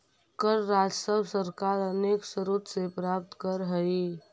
कर राजस्व सरकार अनेक स्रोत से प्राप्त करऽ हई